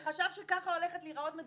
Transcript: כל מה שקורה כאן לא רלוונטי לעם.